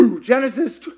Genesis